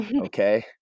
Okay